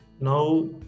Now